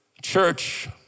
Church